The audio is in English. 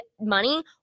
money